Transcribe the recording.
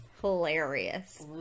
hilarious